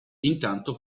intanto